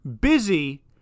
busy